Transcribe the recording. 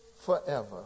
forever